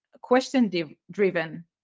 question-driven